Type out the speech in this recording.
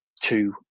two